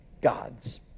gods